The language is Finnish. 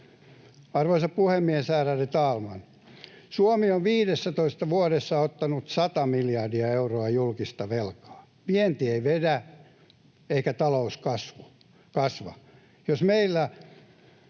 Arvoisa puhemies, ärade talman! Suomi on 15 vuodessa ottanut 100 miljardia euroa julkista velkaa. Vienti ei vedä eikä talous kasva.